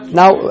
now